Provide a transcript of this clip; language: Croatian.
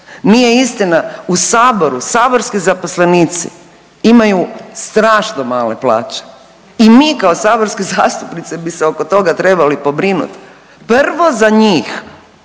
Nije istina, u saboru saborski zaposlenici imaju strašno male plaće i mi kao saborski zastupnici bi se oko toga trebali pobrinuti, prvo za njih,